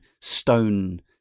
stone